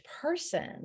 person